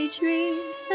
dreams